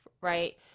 right